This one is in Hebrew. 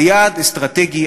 זה יעד אסטרטגי.